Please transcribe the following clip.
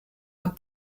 and